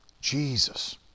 Jesus